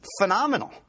phenomenal